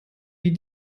wie